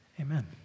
Amen